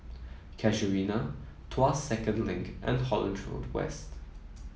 Casuarina Tuas Second Link and Holland Road West